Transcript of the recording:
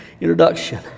introduction